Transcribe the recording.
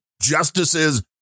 justices